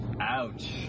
Ouch